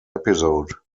episode